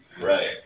Right